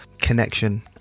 connection